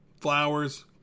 Flowers